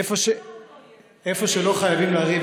איפה שלא חייבים לריב,